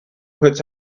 puts